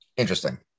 interesting